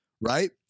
right